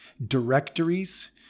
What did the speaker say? Directories